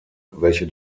welche